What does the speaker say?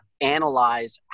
analyze